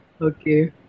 Okay